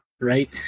Right